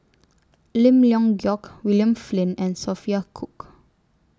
Lim Leong Geok William Flint and Sophia Cook